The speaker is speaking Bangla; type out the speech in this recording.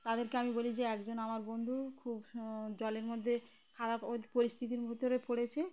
তাদেরকে আমি বলি যে একজন আমার বন্ধু খুব জলের মধ্যে খারাপ পরিস্থিতির ভিতরে পড়েছে